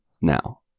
now